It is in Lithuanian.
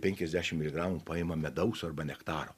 penkiasdešim miligramų paima medaus arba nektaro